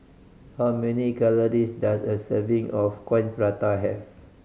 how many calories does a serving of Coin Prata have